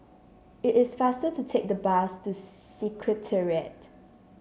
it is faster to take the bus to Secretariat